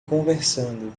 conversando